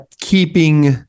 keeping –